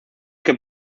que